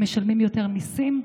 הם משלמים יותר מיסים,